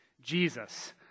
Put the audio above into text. Jesus